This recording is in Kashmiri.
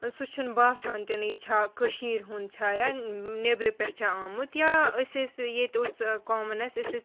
سُہ چھُنہٕ باسان تِنہٕ یہِ چھا کٔشیٖر ہُنٛد چھا یا نیٚبرٕ پٮ۪ٹھ چھا آمُت یا أسۍ ٲسۍ ییٚتہِ اوٗس ٲں کوامَن اسہِ أسۍ ٲسۍ